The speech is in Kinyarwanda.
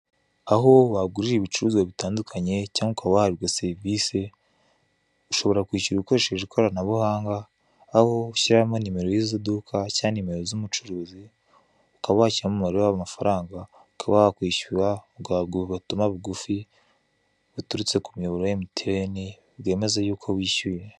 Aho wagurira ibicuruzwa bitandukanye cyangwa ukaba wahabwa serivise, ushobora kwishyura ukoresheje ikoranabuhanga aho ushyiramo nimero yizi duka cyangwa nimero z'umucuruzi ukaba washyiramo umubare w'amafaranga ukaba wakwishyura, ugahabwa ubutumwa bugufi buturutse ku muyoboro wa emutiyeni bwemeza yuko wishyuye.